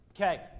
Okay